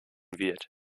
wird